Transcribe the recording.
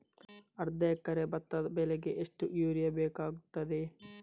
ಅರ್ಧ ಎಕರೆ ಭತ್ತ ಬೆಳೆಗೆ ಎಷ್ಟು ಯೂರಿಯಾ ಬೇಕಾಗುತ್ತದೆ?